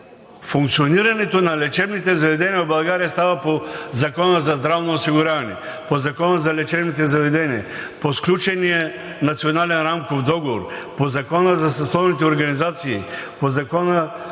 функционирането на лечебните заведения в България става по Закона за здравното осигуряване, по Закона за лечебните заведения, по сключения Национален рамков договор, по Закона за съсловните организации – съсловните